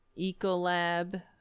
EcoLab